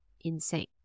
insane